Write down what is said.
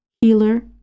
Healer